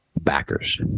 backers